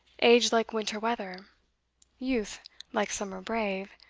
age like winter weather youth like summer brave,